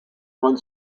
one